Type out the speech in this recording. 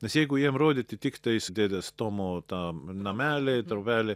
nes jeigu jiems rodyti tiktais dėdės tomo tą nameliai trobelė